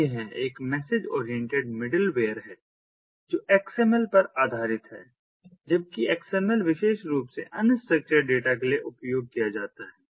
तो यह एक मैसेज ओरिएंटेड मिडलवेयर है जो XMLएक्स एम एल पर आधारित है जबकि XML विशेष रूप से अनस्ट्रक्चर्ड डेटा के लिए उपयोग किया जाता है